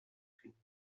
finden